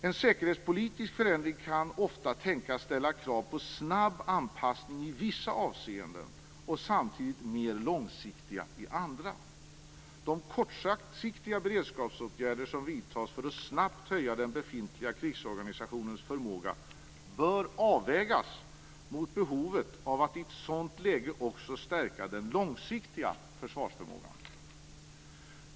En säkerhetspolitisk förändring kan ofta tänkas ställa krav på snabb anpassning i vissa avseenden och samtidigt mer långsiktiga i andra. De kortsiktiga beredskapsåtgärder som vidtas för att snabbt höja den befintliga krigsorganisationens förmåga bör avvägas mot behovet av att i ett sådant läge också stärka den långsiktiga försvarsförmågan.